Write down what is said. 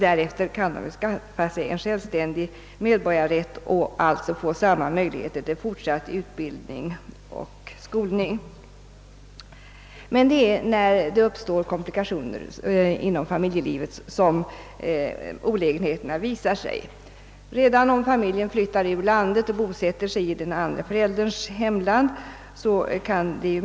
Därefter kan de ju skaffa sig självständig medborgarrätt och alltså få samma möjligheter till fortsatt utbildning och skolning som svenska barn. Det är när det uppstår komplikationer inom familjelivet som olägenheterna visar sig. Redan om familjen flyttar ur landet och bosätter sig i den andra förälderns hemland kan det.